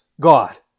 God